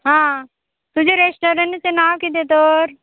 हां तुजे रेस्टोरंटाचें नांव कितें तर